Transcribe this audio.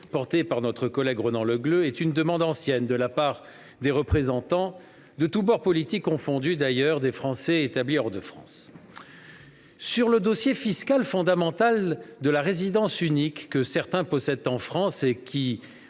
portée par notre collègue Ronan Le Gleut, est une demande ancienne de la part des représentants- de tous bords politiques -des Français établis hors de France. « Sur le dossier fiscal fondamental de la résidence unique que certains possèdent en France et qui